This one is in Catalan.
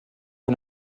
que